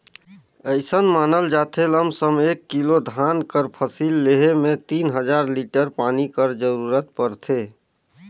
अइसन मानल जाथे लमसम एक किलो धान कर फसिल लेहे में तीन हजार लीटर पानी कर जरूरत परथे